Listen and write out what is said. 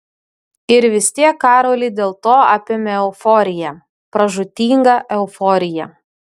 ir vis tiek karolį dėl to apėmė euforija pražūtinga euforija